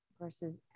Versus